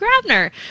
Grabner